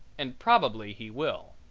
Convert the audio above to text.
and probably he will.